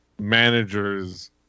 managers